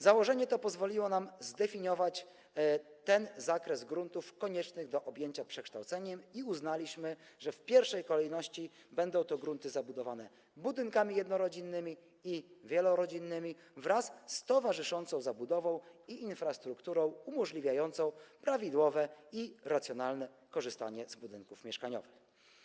Założenie to pozwoliło nam zdefiniować zakres gruntów konieczny do objęcia przekształceniem i uznaliśmy, że w pierwszej kolejności będą to grunty zabudowane budynkami jednorodzinnymi i wielorodzinnymi wraz z towarzyszącą zabudową i infrastrukturą umożliwiającą prawidłowe i racjonalne korzystanie z budynków mieszkaniowych.